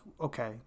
okay